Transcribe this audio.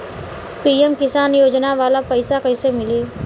PM Kisan योजना वाला पैसा कईसे मिली?